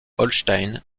holstein